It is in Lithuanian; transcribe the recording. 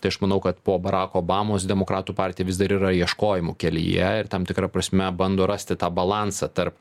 tai aš manau kad po barako obamos demokratų partija vis dar yra ieškojimų kelyje ir tam tikra prasme bando rasti tą balansą tarp